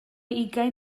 ugain